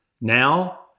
Now